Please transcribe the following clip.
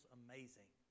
amazing